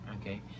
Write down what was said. okay